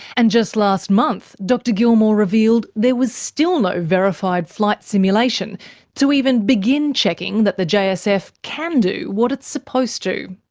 and just last month, dr gilmore revealed there was still no verified flight simulation to even begin checking that the jsf can do what it's supposed to.